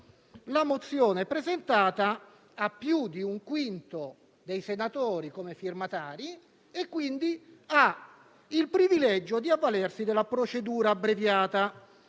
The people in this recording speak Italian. la mozione presentata ha più di un quinto dei senatori come firmatari, quindi ha il privilegio di avvalersi della procedura abbreviata